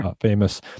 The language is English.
famous